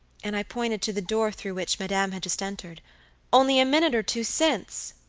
and i pointed to the door through which madame had just entered only a minute or two since.